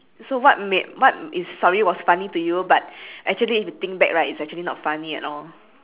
so what ma~ what is story was funny to you but actually if you think back right it is actually not funny at all